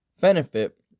benefit